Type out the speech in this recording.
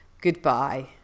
goodbye